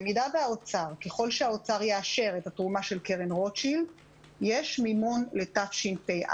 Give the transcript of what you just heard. ככל שמשרד האוצר יאשר את התרומה של קרן רוטשילד יש מימון לתשפ"א,